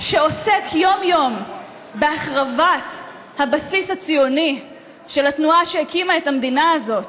שעוסק יום-יום בהחרבת הבסיס הציוני של התנועה שהקימה את המדינה הזאת,